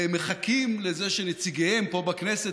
והם מחכים לזה שנציגיהם פה בכנסת